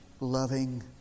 loving